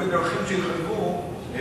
בדרכי שלום.